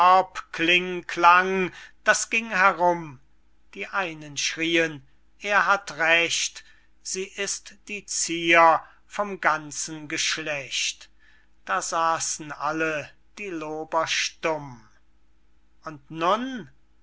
klang das ging herum die einen schrieen er hat recht sie ist die zier vom ganzen geschlecht da saßen alle die lober stumm und nun